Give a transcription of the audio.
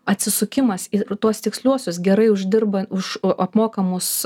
atsisukimas į tuos tiksliuosius gerai uždirba už apmokamus